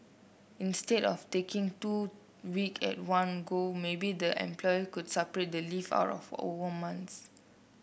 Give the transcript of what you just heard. instead of taking two week at one go maybe the employee could spread the leave out over months